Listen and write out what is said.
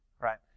right